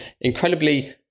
incredibly